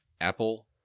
Apple